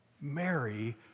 Mary